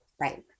Right